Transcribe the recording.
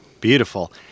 Beautiful